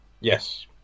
Yes